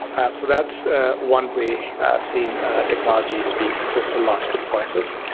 so, that's ah one way i've seen technologies being successful large enterprises.